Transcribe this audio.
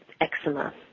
eczema